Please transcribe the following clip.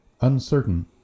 uncertain